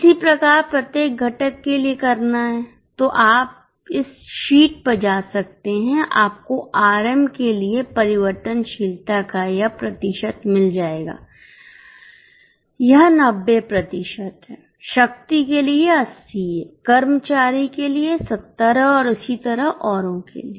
इसी प्रकार प्रत्येक घटक के लिए करना है तो आप इस शीट पर जा सकते हैं आपको आरएम के लिए परिवर्तनशीलता का यह प्रतिशत मिल जाएगा यह 90 प्रतिशत है शक्ति के लिए यह 80 है कर्मचारी के लिए यह 70 है और इसी तरह औरों के लिए